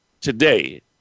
today